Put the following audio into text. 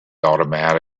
automatic